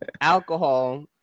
alcohol